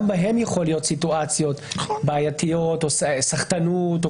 גם בהן יכולות להיות סיטואציות בעייתיות או סחטנות או